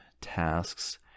tasks